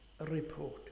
report